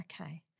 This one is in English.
Okay